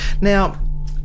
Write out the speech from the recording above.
Now